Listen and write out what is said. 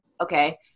okay